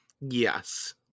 Yes